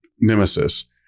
Nemesis